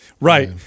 right